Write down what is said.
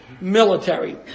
military